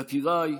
יקיריי,